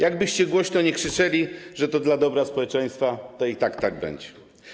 Jakkolwiek głośno byście krzyczeli, że to dla dobra społeczeństwa, to i tak tak będzie.